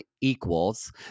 equals